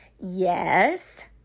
Yes